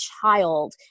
child